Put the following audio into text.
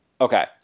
Okay